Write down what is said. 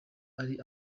ari